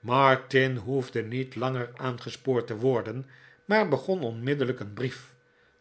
martin hoefde niet langer aangespoord te worden maar begon onmiddellijk een brief